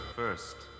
first